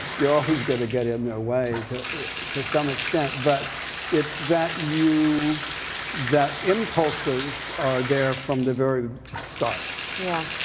you're always going to get in their way to some extent. but it's that you that impulses are there from the very start. yeah.